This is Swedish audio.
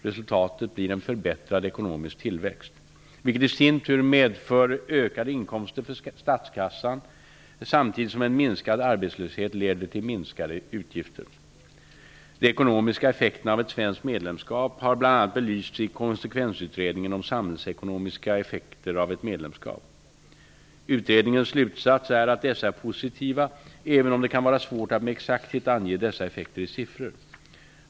Resultatet blir en förbättrad ekonomisk tillväxt, vilket i sin tur medför ökade inkomster för statskassan samtidigt som en minskad arbetslöshet leder till minskade utgifter. De ekonomiska effekterna av ett svenskt medlemskap har bl.a. belysts i Konsekvensutredningen om samhällsekonomiska effekter av ett medlemskap. Utredningens slutsats är att dessa är positiva även om det kan vara svårt att med exakthet ange dessa effekter i siffror.